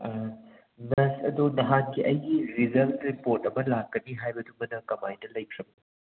nurse ꯑꯗꯣ ꯅꯍꯥꯟꯒꯤ ꯑꯩꯒꯤ ꯔꯤꯖꯜ ꯔꯤꯄꯣꯔꯠ ꯑꯃ ꯂꯥꯛꯀꯅꯤ ꯍꯥꯏꯕꯗꯨꯅ ꯀꯃꯥꯏꯅ ꯂꯩꯈ꯭ꯔꯕ